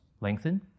lengthen